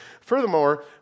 Furthermore